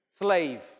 slave